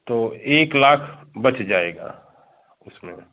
तो एक लाख बच जाएगा उसमें